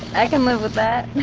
i can live with that